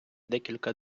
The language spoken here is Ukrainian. декілька